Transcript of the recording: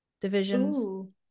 divisions